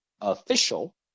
Official